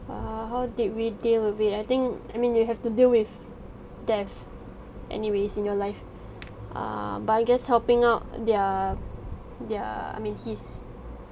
err how did we deal with it I think I mean you have to deal with death anyways in your life um but I guess helping out their their I mean his